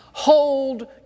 Hold